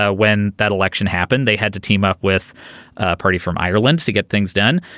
ah when that election happened they had to team up with a party from ireland to get things done.